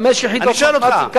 חמש יחידות מתמטיקה,